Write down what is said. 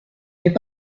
n’est